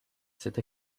cette